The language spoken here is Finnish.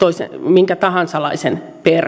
minkä tahansa laisen perheen